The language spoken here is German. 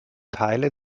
teile